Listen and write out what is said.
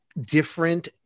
different